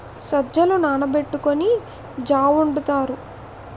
సజ్జలు నానబెట్టుకొని జా వొండుతారు